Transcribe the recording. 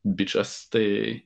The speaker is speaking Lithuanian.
bičas tai